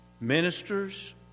ministers